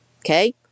Okay